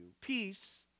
Peace